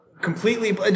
completely